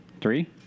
Three